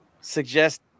suggest